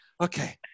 okay